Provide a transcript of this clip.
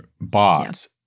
bots –